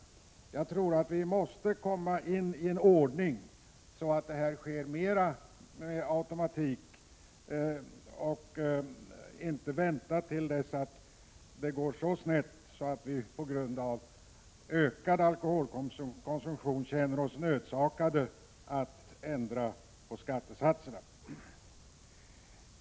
Jag tror att vi måste komma in i en ordning med mera automatik och inte vänta tills det går så snett att vi på grund av ökad alkoholkonsumtion känner oss nödsakade att ändra på skattesatserna.